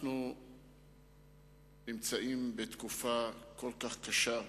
אנחנו נמצאים בתקופה כל כך קשה,